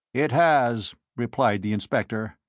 it has, replied the inspector.